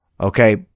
okay